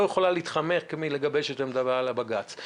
יכולה להתחמק מלגבש את עמדתה לבג"ץ.